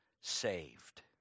saved